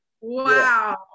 Wow